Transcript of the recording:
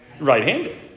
right-handed